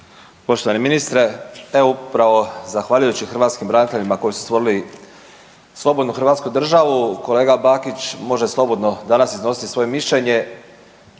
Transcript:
Poštovani ministre, evo upravo zahvaljujući hrvatskim braniteljima koji su stvorili slobodnu Hrvatsku državu kolega Bakić može slobodno danas iznositi svoje mišljenje.